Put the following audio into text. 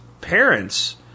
parents